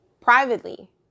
Privately